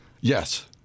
Yes